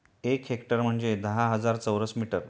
एक हेक्टर म्हणजे दहा हजार चौरस मीटर